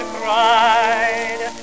cried